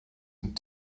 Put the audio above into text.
and